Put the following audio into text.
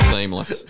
Seamless